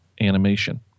Animation